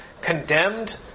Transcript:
condemned